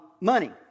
Money